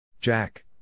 Jack